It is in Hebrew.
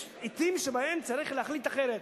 יש עתים שבהן צריך להחליט אחרת.